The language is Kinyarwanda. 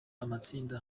amatsinda